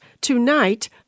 Tonight